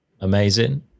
amazing